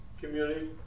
community